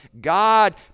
God